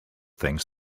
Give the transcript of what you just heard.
things